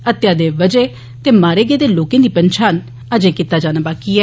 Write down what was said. हत्या दे वजह ते मारे गेदे लोकें दी पंछान अजे कीती जाना बाकी ऐ